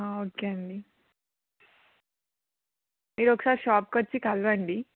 okay అండి మీరు ఒకసారి షాప్కి వచ్చి కలవండి